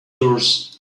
doors